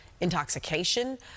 intoxication